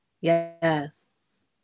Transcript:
Yes